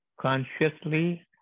Consciously